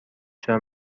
چرا